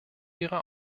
ihre